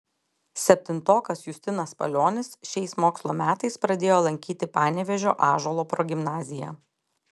septintokas justinas palionis šiais mokslo metais pradėjo lankyti panevėžio ąžuolo progimnaziją